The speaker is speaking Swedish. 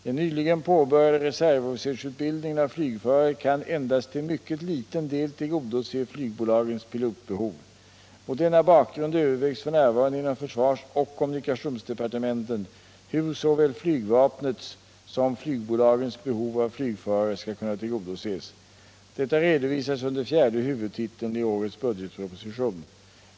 Den nyligen påbörjade reservofficersutbildningen av flygförare kan endast till mycket liten del tillgodose flygbolagens pilotbehov. Mot denna bakgrund övervägs f. n. inom försvarsoch kommunikationsdepartementen hur såväl flygvapnets som flygbolagens behov av flygförare skall kunna tillgodoses. Detta redovisas under fjärde huvudtiteln i årets budgetproposition.